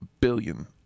billion